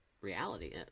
reality